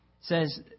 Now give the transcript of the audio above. says